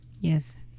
Yes